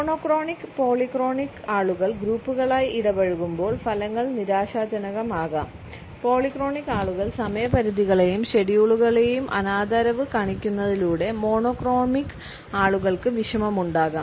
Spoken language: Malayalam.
മോണോക്രോണിക് പോളിക്രോണിക് ആളുകൾ ഗ്രൂപ്പുകളായി ഇടപഴകുമ്പോൾ ഫലങ്ങൾ നിരാശാജനകമാകാം പോളിഫോണിക് ആളുകൾ സമയപരിധികളെയും ഷെഡ്യൂളുകളെയും അനാദരവ് കാണിക്കുന്നതിലൂടെ മോണോക്രോമിക് ആളുകൾക്ക് വിഷമമുണ്ടാകാം